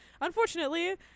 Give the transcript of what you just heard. Unfortunately